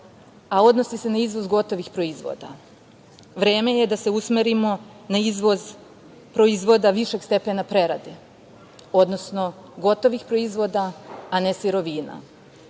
a odnosi se na izvoz gotovih proizvoda. Vreme je da se usmerimo na izvoz proizvoda višeg stepena prerade, odnosno gotovih proizvoda, a ne sirovina.